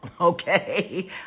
Okay